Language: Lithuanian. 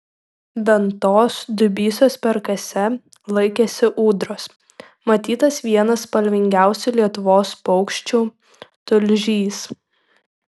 ventos dubysos perkase laikėsi ūdros matytas vienas spalvingiausių lietuvos paukščių tulžys